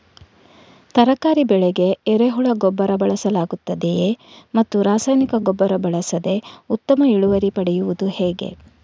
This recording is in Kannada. ತರಕಾರಿ ಬೆಳೆಗೆ ಎರೆಹುಳ ಗೊಬ್ಬರ ಬಳಸಲಾಗುತ್ತದೆಯೇ ಮತ್ತು ರಾಸಾಯನಿಕ ಗೊಬ್ಬರ ಬಳಸದೆ ಉತ್ತಮ ಇಳುವರಿ ಪಡೆಯುವುದು ಹೇಗೆ?